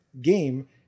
game